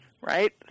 right